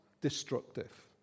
destructive